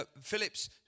Phillips